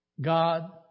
God